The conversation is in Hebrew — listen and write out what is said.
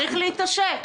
צריך להתעשת,